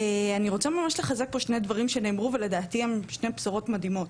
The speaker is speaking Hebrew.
אני רוצה ממש לחזק פה שני דברים שנאמרו ולדעתי שניהם בשורות מדהימות,